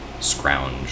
scrounge